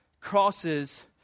crosses